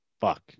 fuck